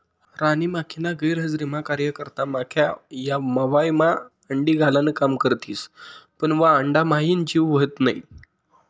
राणी माखीना गैरहजरीमा कार्यकर्ता माख्या या मव्हायमा अंडी घालान काम करथिस पन वा अंडाम्हाईन जीव व्हत नै